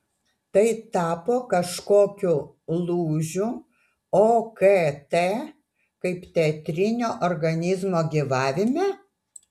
tai tapo kažkokiu lūžiu okt kaip teatrinio organizmo gyvavime